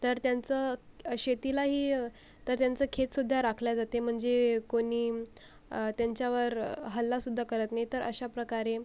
तर त्यांचं शेतीलाही तर त्यांचं खेतसुद्धा राखले जाते म्हणजे कोणी त्यांच्यावर हल्लासुद्धा करत नाही तर अशा प्रकारे